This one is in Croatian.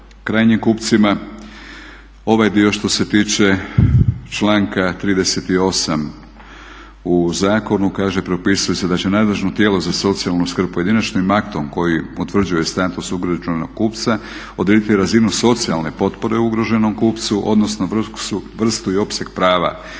krajnjim kupcima. Ovaj dio što se tiče članka 38.u zakonu kaže "Propisuje se da će nadležno tijelo za socijalnu skrb pojedinačnim aktom koji utvrđuje status ugroženog kupca odrediti razinu socijalne potpore ugroženom kupcu, odnosno vrstu i opseg prava koja